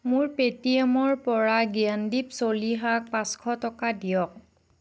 মোৰ পে'টিএমৰ পৰা জ্ঞানদীপ চলিহাক পাঁচশ টকা দিয়ক